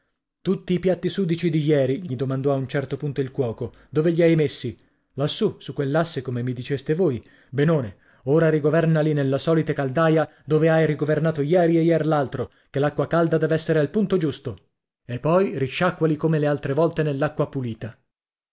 tutti i piatti sudici di ieri gli domandò a un certo punto il cuoco dove gli hai messi lassù su quell'asse come mi diceste voi benone ora rigovernali nella solita caldaia dove hai rigovernato ieri e ier l'altro ché l'acqua calda dev'essere al punto giusto e poi risciacquali come le altre volte nell'acqua pulita